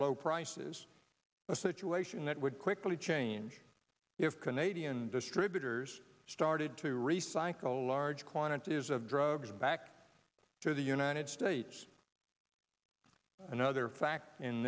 low prices a situation that would quickly change if canadian distributors started to recycle large quantities of drugs back to the united states another factor in